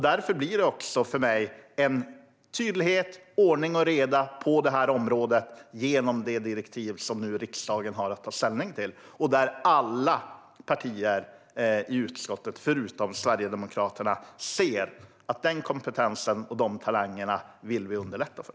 Därför blir det för mig en tydlighet och ordning och reda på området genom det direktiv som riksdagen nu har att ta ställning till. Där ser alla partier i utskottet förutom Sverigedemokraterna att den kompetensen och de talangerna vill vi underlätta för.